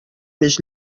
més